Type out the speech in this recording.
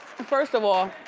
first of all,